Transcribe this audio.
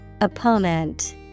Opponent